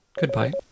Goodbye